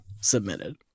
submitted